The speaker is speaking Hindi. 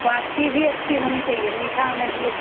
क्वालटी भी अच्छी होनी चाहिए मीठा होना चिए